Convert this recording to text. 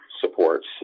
supports